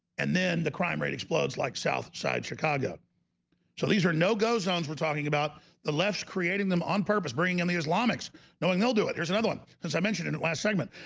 and then the crime rate explodes like southside, chicago so these are no-go zones. we're talking about the left creating them on purpose bringing in the islamics knowing they'll do it there's another one as i mentioned in the last segment,